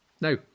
Now